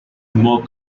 more